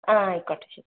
ആ ആയിക്കോട്ടെ ശരി